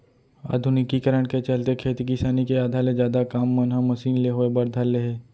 आधुनिकीकरन के चलते खेती किसानी के आधा ले जादा काम मन ह मसीन ले होय बर धर ले हे